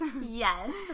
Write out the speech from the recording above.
Yes